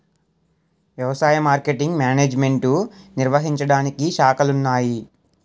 వ్యవసాయ marketing management నిర్వహించడానికి శాఖలున్నాయి